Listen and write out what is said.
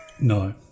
No